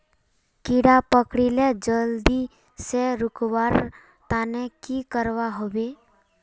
कीड़ा पकरिले जल्दी से रुकवा र तने की करवा होबे?